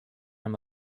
amb